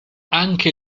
anche